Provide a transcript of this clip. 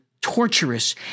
torturous